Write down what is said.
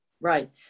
Right